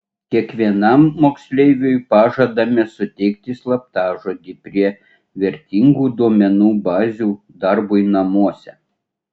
kiekvienam moksleiviui pažadame suteikti slaptažodį prie vertingų duomenų bazių darbui namuose